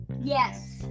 Yes